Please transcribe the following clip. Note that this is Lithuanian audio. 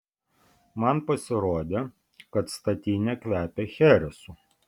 man pasirodė kad statinė kvepia cheresu